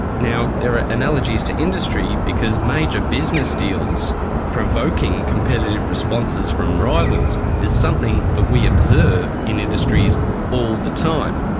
now, there are analogies to industry, because major business deals provoking competitive responses from rivals is something that we observe in industries all the time.